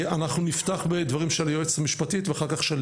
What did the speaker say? אנחנו נפתח בדברים של היועצת המשפטית ואחר כך של